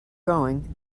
going